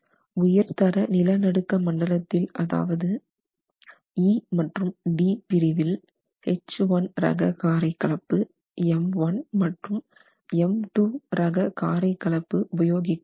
உயர்தர நில நடுக்க மண்டலத்தில் அதாவது E மற்றும் D பிரிவில் H1 ரக காரை கலப்பு M1 மற்றும் M2 ரக காரை கலப்பு உபயோகிக்க வேண்டும்